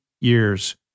years